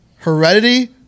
Heredity